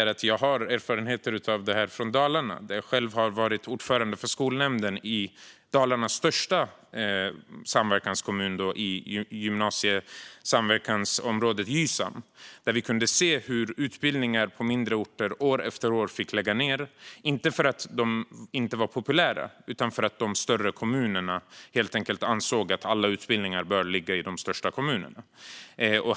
Jag har själv erfarenheter av detta från Dalarna, där jag har varit ordförande för skolnämnden i Dalarnas största samverkanskommun i gymnasiesamverkansområdet Gysam. Där kunde vi se hur utbildningar på mindre orter år efter år fick lägga ned, inte för att de inte var populära utan för att de större kommunerna helt enkelt ansåg att alla utbildningar bör ligga i de största kommunerna.